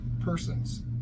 persons